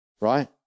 right